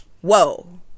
whoa